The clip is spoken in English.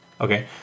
Okay